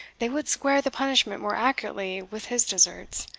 they would square the punishment more accurately with his deserts.